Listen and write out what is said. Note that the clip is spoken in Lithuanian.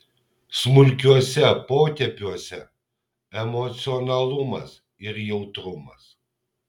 smulkiuose potėpiuose emocionalumas ir jautrumas